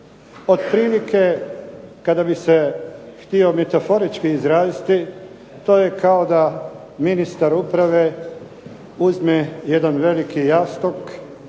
Otprilike kada bih se htio metaforički izraziti to je kao da ministar uprave uzme jedan veliki jastuk,